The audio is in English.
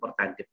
importante